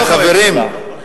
חברים.